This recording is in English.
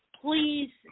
please